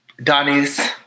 Donnie's